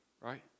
Right